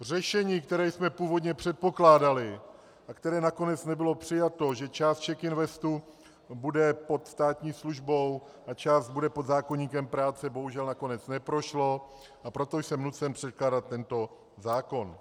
Řešení, které jsme původně předpokládali a které nakonec nebylo přijato, že část CzechInvestu bude pod státní službou a část bude pod zákoníkem práce, bohužel nakonec neprošlo, a proto jsem nucen předkládat tento zákon.